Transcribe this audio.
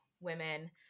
women